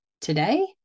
Today